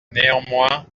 néanmoins